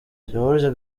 george